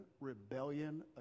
rebellion